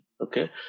okay